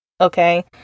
okay